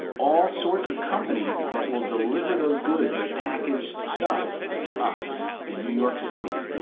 all sorts of companies that will deliver those goods that packaged stuff to us in new york city,